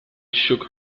shook